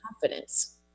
confidence